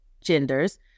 genders